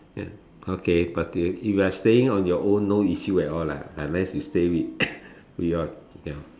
ya okay but y~ you are staying on your own no issue at all lah unless you stay with with your ya